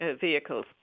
vehicles